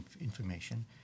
information